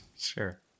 sure